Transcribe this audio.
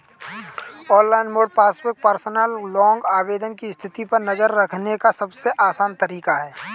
online mode आपके personal loan आवेदन की स्थिति पर नज़र रखने का सबसे आसान तरीका है